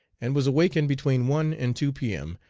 and was awakened between one and two p m.